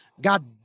God